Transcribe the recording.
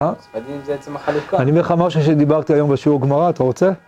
אה? להגיד בעצם החלוקה אני אומר לך משהו שדיברתי היום בשיעור גמרא, אתה רוצה?